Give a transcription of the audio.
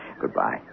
Goodbye